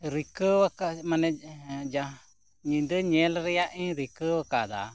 ᱨᱤᱠᱟᱹ ᱟᱠᱟᱫᱟ ᱢᱟᱱᱮ ᱧᱤᱫᱟᱹ ᱧᱮᱞ ᱨᱮᱭᱟᱜ ᱤᱧ ᱨᱤᱠᱟᱹ ᱟᱠᱟᱫᱟ